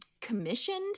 commissioned